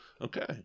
okay